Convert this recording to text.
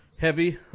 Heavy